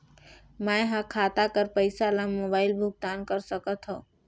मैं ह खाता कर पईसा ला मोबाइल भुगतान कर सकथव?